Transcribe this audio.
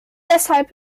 deshalb